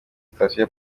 sitasiyo